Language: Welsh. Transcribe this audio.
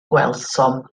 gwelsom